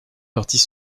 parties